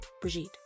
Brigitte